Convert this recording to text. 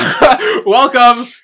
welcome